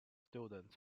students